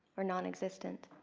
or non-existent.